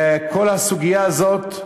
וכל הסוגיה הזאת,